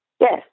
Yes